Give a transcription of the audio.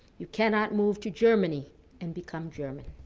you cannot move to germany and become german.